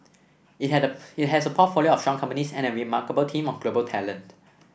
it had it has a portfolio of strong companies and a remarkable team of global talent